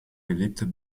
beliebter